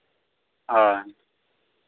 ᱦᱳᱭ